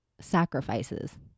sacrifices